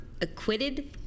acquitted